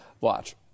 Watch